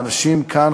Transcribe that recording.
ואנשים כאן,